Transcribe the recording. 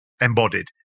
embodied